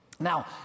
Now